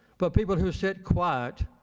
but people who sit quiet,